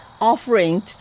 offering